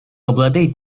обладает